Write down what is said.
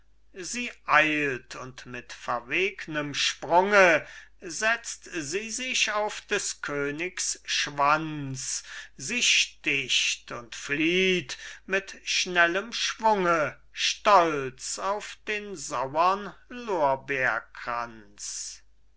sie eilt und mit verwegnem sprunge setzt sie sich auf des königs schwanz sie sticht und flieht mit schnellem schwunge stolz auf den sauern